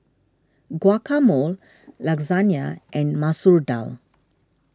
Guacamole Lasagne and Masoor Dal